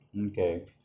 okay